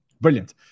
brilliant